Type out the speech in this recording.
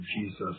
Jesus